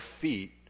feet